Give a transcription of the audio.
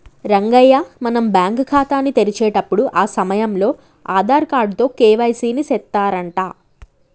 రంగయ్య మనం బ్యాంకు ఖాతాని తెరిచేటప్పుడు ఆ సమయంలో ఆధార్ కార్డు తో కే.వై.సి ని సెత్తారంట